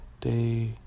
day